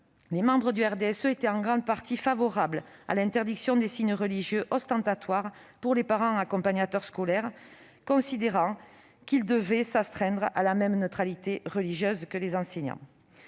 ailleurs, nous étions en grande partie favorables à l'interdiction des signes religieux ostentatoires pour les parents accompagnateurs scolaires, considérant qu'ils devaient s'astreindre à la même neutralité religieuse que les enseignants.